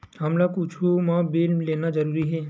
हमला कुछु मा बिल लेना जरूरी हे?